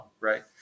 Right